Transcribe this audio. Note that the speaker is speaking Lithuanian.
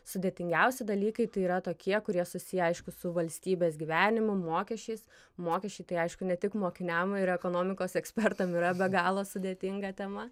sudėtingiausi dalykai tai yra tokie kurie susiję aišku su valstybės gyvenimu mokesčiais mokesčiai tai aišku ne tik mokiniam ir ekonomikos ekspertam yra be galo sudėtinga tema